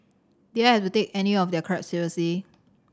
did I have to take any of their crap seriously